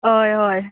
हय हय